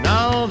Now